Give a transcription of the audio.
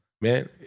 man